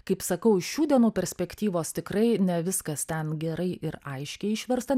kaip sakau iš šių dienų perspektyvos tikrai ne viskas ten gerai ir aiškiai išversta